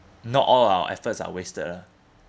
not all our efforts are wasted ah